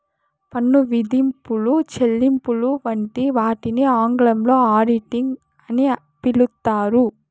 పన్ను విధింపులు, చెల్లింపులు వంటి వాటిని ఆంగ్లంలో ఆడిటింగ్ అని పిలుత్తారు